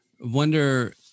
wonder